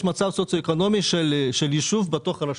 מצב סוציואקונומי של ישוב בתוך הרשות,